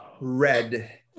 red